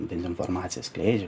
dezinformaciją skleidžia